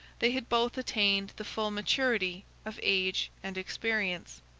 they had both attained the full maturity of age and experience.